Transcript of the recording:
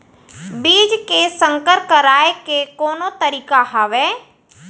बीज के संकर कराय के कोनो तरीका हावय?